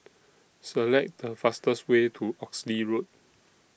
Select The fastest Way to Oxley Road